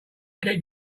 keep